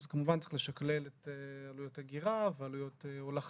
אז כמובן צריך לשקלל את עלויות האגירה ועלויות ההולכה,